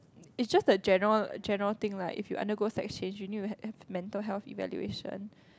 is just a general general thing lah if you undergo sex change you need to have a mental health evaluation